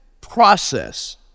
process